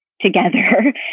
together